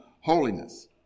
holiness